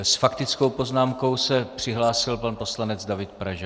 S faktickou poznámkou se přihlásil pan poslanec David Pražák.